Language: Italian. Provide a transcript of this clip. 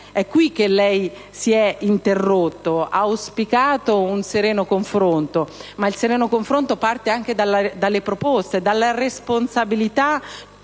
È qui che lei si è interrotto, auspicando un sereno confronto. Ma il sereno confronto parte anche dalle proposte, dalla responsabilità